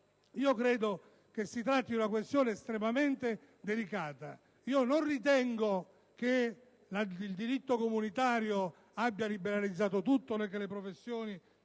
Credo che si tratti di una questione estremamente delicata. Non ritengo che il diritto comunitario abbia liberalizzato tutto, né che le professioni